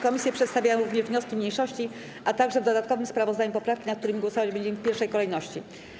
Komisje przedstawiają również wnioski mniejszości, a także w dodatkowym sprawozdaniu poprawki, nad którymi głosować w pierwszej kolejności.